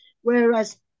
Whereas